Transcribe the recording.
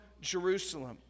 Jerusalem